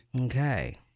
Okay